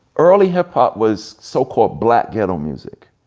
early hip hop was so called, black ghetto music.